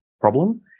problem